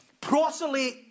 proselyte